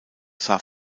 sah